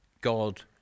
God